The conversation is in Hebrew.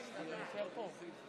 אני מתכבד להודיע לכנסת שעל פי סעיף 43